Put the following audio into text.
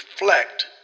reflect